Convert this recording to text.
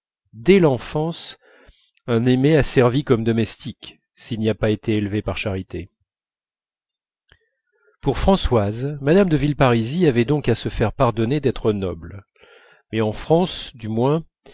dès l'enfance un aimé a servi comme domestique s'il n'y a pas été élevé par charité pour françoise mme de villeparisis avait donc à se faire pardonner d'être noble mais en france du moins